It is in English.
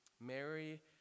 Mary